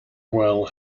well